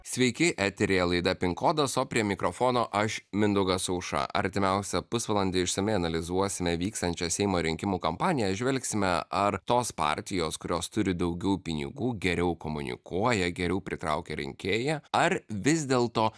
sveiki eteryje laida pin kodas o prie mikrofono aš mindaugas aušra artimiausią pusvalandį išsamiai analizuosime vykstančią seimo rinkimų kampaniją žvelgsime ar tos partijos kurios turi daugiau pinigų geriau komunikuoja geriau pritraukia rinkėją ar vis dėlto